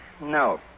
no